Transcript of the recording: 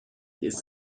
ist